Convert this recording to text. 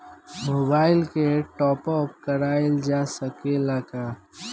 Mobile के टाप आप कराइल जा सकेला का?